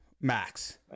Max